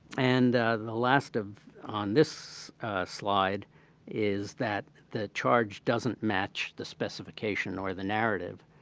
and the last of on this slide is that the charge doesn't match the specification or the narrative.